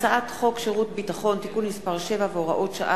הצעת חוק שירות ביטחון (תיקון מס' 7 והוראת שעה)